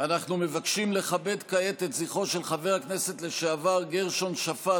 אנחנו מבקשים לכבד כעת את זכרו של חבר הכנסת לשעבר גרשון שפט,